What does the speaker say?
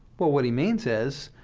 well, what he means is,